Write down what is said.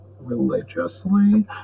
religiously